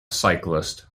cyclist